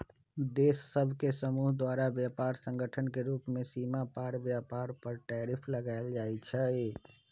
देश सभ के समूह द्वारा व्यापार संगठन के रूप में सीमा पार व्यापार पर टैरिफ लगायल जाइ छइ